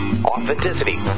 Authenticity